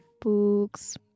books